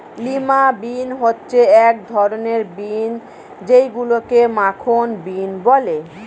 lima bean হচ্ছে এক ধরনের বিন যেইগুলোকে মাখন বিন বলে